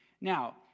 Now